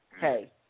hey